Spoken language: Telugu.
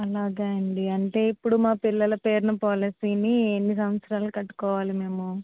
అలాగా అండి అంటే ఇప్పుడు మా పిల్లలు పేరున పాలసీ ని ఎన్ని సంవత్సరాలు కట్టుకోవాలి మేము